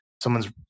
Someone's